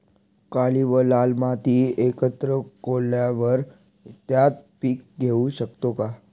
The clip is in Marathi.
काळी व लाल माती एकत्र केल्यावर त्यात पीक घेऊ शकतो का?